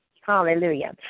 Hallelujah